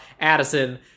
Addison